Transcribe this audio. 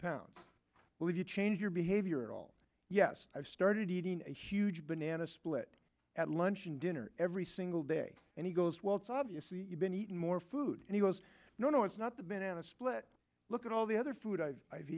pounds will you change your behavior at all yes i've started eating a huge banana split at lunch and dinner every single day and he goes well it's obviously been eating more food and he goes no no it's not the banana split look at all the other food i